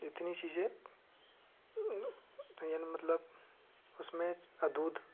इतनी चीजें त यानी मतलब उसमें हाँ दूध